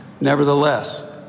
Nevertheless